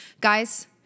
Guys